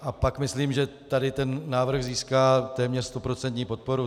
A pak myslím, že tady ten návrh získá téměř stoprocentní podporu.